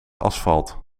asfalt